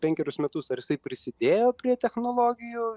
penkerius metus ar jisai prisidėjo prie technologijų